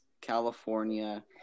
California